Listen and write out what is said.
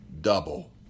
double